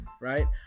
Right